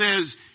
says